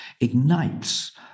ignites